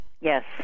Yes